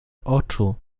oczu